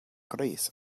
greece